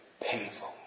painful